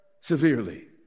severely